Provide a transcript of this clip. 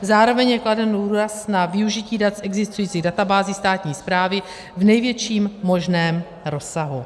Zároveň je kladen důraz na využití dat v existující databázi státní správy v největším možném rozsahu.